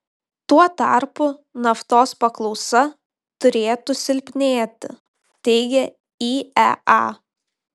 tuo tarpu naftos paklausa turėtų silpnėti teigia iea